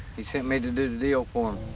he sent me to do the deal for